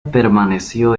permaneció